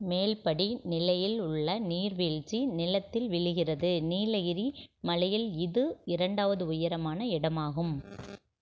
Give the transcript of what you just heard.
மேல் படிநிலையில் உள்ள நீர்வீழ்ச்சி நிலத்தில் விழுகிறது நீலகிரி மலையில் இது இரண்டாவது உயரமான இடமாகும்